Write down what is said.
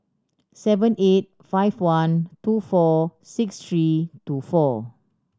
seven eight five one two four six three two four